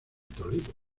toledo